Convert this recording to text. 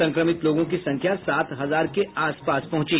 संक्रमित लोगों की संख्या सात हजार के आसपास पहुंची